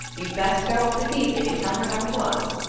you'd best go up this evening and tell her how it was.